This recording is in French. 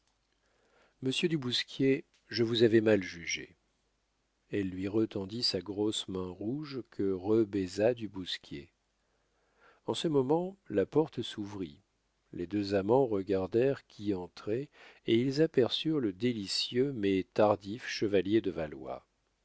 monsieur du bousquier je vous avais mal jugé elle lui retendit sa grosse main rouge que rebaisa du bousquier en ce moment la porte s'ouvrit les deux amants regardèrent qui entrait et ils aperçurent le délicieux mais tardif chevalier de